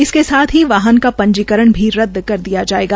इसके साथ ही वाहन का पंजीकरण भी रदद कर दिया जायेगा